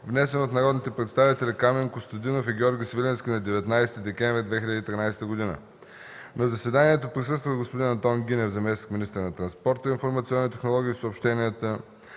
внесен от народните представители Камен Костадинов и Георги Свиленски на 19 декември 2013 г. На заседанието присъстваха: господин Антон Гинев – заместник-министър на транспорта, информационните технологии и съобщенията,